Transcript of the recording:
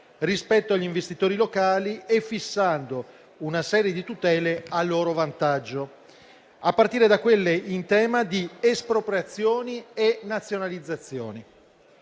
rispetto agli investitori locali e fissando una serie di tutele a loro vantaggio, a partire da quelle in tema di espropriazioni e nazionalizzazioni.